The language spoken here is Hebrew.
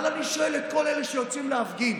אבל אני שואל את כל אלה שיוצאים להפגין: